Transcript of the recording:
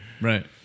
Right